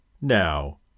Now